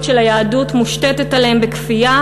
של היהדות מושתת עליהם בכפייה,